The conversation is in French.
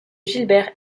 gilbert